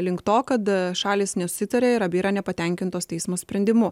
link to kada šalys nesusitaria ir abi yra nepatenkintos teismo sprendimu